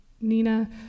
Nina